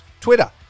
Twitter